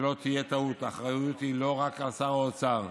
שלא תהיה טעות: האחריות היא לא רק על שר האוצר.